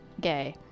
gay